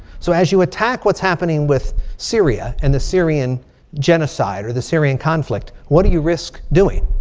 so as you attack what's happening with syria and the syrian genocide or the syrian conflict. what do you risk doing?